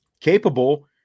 capable